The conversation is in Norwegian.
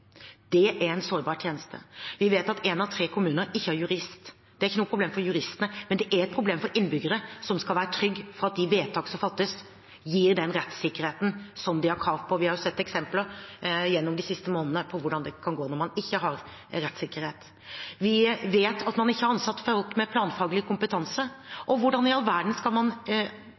Det er en sårbar tjeneste. Vi vet at én av tre kommuner ikke har jurist. Det er ikke et problem for juristene, men det er et problem for innbyggerne, som skal være trygge på at de vedtak som fattes, gir den rettssikkerheten som de har krav på. Vi har jo sett eksempler gjennom de siste månedene på hvordan det kan gå når man ikke har rettssikkerhet. Vi vet at man ikke har ansatt folk med planfaglig kompetanse, og hvordan i all verden skal man planlegge for sysselsetting, verdiskaping, investering og bosetting hvis man